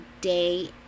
day